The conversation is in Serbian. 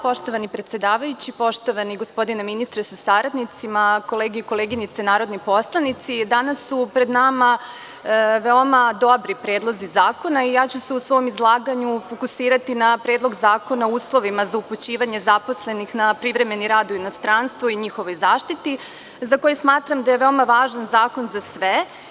Poštovani predsedavajući, poštovani gospodine ministre sa saradnicima, kolege i koleginice narodni poslanici, danas su pred nama veoma dobri predlozi zakona i ja ću se u svom izlaganju fokusirati na Predlog zakona o uslovima za upućivanje zaposlenih na privremeni rad u inostranstvo i njihovoj zaštiti, za koji smatram da je veoma važan zakon za sve.